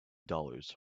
dollars